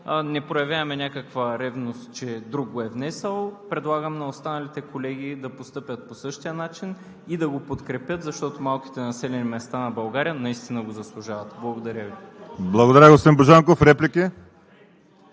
Не проявяваме някаква ревност, че друг го е внесъл. Предлагам на останалите колеги да постъпят по същия начин и да го подкрепят, защото малките населени места на България наистина го заслужават. Благодаря Ви. ПРЕДСЕДАТЕЛ ВАЛЕРИ